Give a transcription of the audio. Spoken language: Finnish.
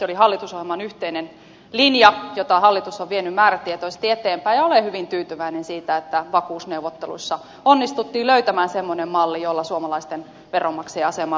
se oli hallitusohjelman yhteinen linja jota hallitus on vienyt määrätietoisesti eteenpäin ja olen hyvin tyytyväinen siitä että vakuusneuvotteluissa onnistuttiin löytämään semmoinen malli jolla suomalaisten veronmaksajien asemaa turvataan